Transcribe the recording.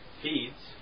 feeds